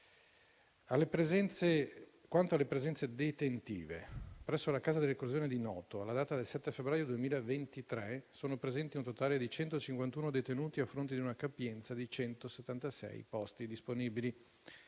Quanto alle presenze detentive, presso la casa di reclusione di Noto, alla data del 7 febbraio 2023, erano presenti un totale di 151 detenuti a fronte di una capienza di 176 posti disponibili,